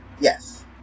Yes